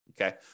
okay